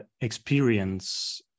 experience